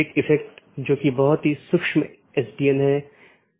इसका मतलब है कि कौन से पोर्ट और या नेटवर्क का कौन सा डोमेन आप इस्तेमाल कर सकते हैं